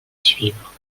suivre